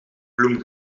bloem